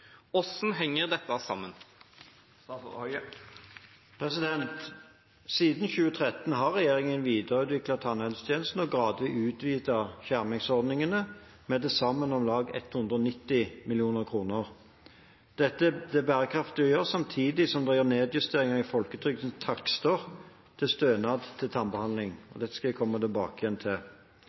henger dette sammen?» Siden 2013 har regjeringen videreutviklet tannhelsetjenesten og gradvis utvidet skjermingsordningene med til sammen om lag 190 mill. kr. Dette er det bærekraftig å gjøre samtidig som det er nedjusteringer i folketrygdens takster for stønad til tannbehandling. Dette skal jeg komme tilbake til.